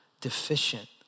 deficient